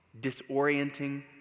disorienting